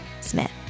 Smith